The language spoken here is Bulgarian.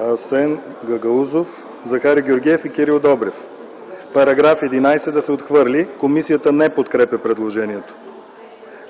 Асен Гагаузов, Захари Георгиев и Кирил Добрев –§ 11 да се отхвърли. Комисията не подкрепя предложението.